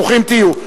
ברוכים תהיו.